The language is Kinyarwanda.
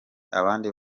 abandi